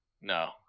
No